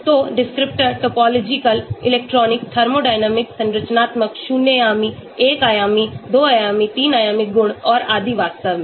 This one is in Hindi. तो डिस्क्रिप्टर्स टोपोलॉजिकल इलेक्ट्रॉनिक थर्मोडायनामिक्स संरचनात्मक शून्य आयामी 1 आयामी 2 आयामी 3 आयामी गुण और आदि वास्तव में